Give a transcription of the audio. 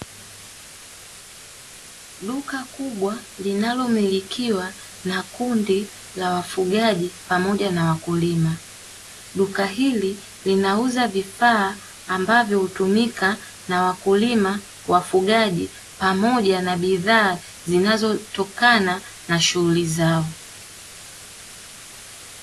Duka kubwa linalomilikiwa na kundi la wafugaji pamoja na wakulima. Duka hili linauza vifaa ambavyo hutumika na wakulima, wafugaji, pamoja na bidhaa zinazotokana na shughuli zao.